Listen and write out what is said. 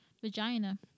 Vagina